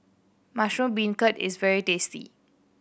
mushroom beancurd is very tasty